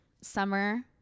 Summer